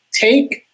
Take